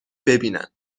ببینن